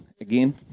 again